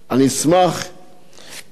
אם כבוד השר יענה לגבי